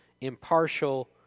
impartial